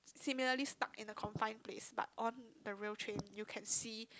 similarly stuck in a confine place but on the rail train you can see